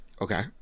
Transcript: Okay